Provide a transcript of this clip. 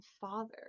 father